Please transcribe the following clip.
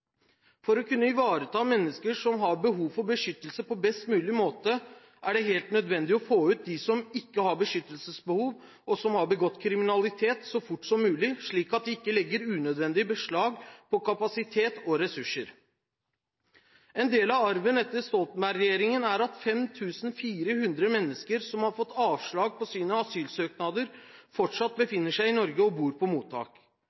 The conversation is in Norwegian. For å kunne ivareta mennesker som har behov for beskyttelse på best mulig måte, er det helt nødvendig å få ut dem som ikke har beskyttelsesbehov og som har begått kriminalitet, så fort som mulig, slik at de ikke legger unødvendig beslag på kapasitet og ressurser. En del av arven etter Stoltenberg-regjeringen er at 5 400 mennesker som har fått avslag på sine asylsøknader, fortsatt befinner seg i Norge og bor på mottak.